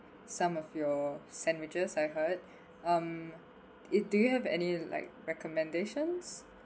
some of your sandwiches I heard um it do you have any like recommendations